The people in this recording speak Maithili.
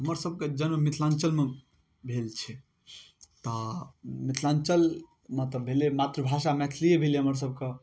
हमर सबके जन्म मिथिलाञ्चलमे भेल छै तऽ मिथिलाञ्चलमे तऽ भेलै मातृभाषा मैथिली भेलै हमर सबके